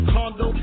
Condo